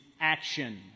action